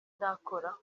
ndakora